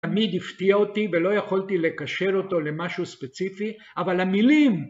תמיד הפתיע אותי, ולא יכולתי לקשר אותו למשהו ספציפי, אבל המילים...